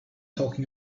talking